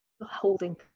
holding